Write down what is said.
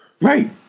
Right